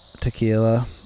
tequila